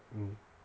mm